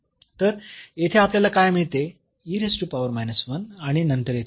तर येथे आपल्याला काय मिळते आणि नंतर येथे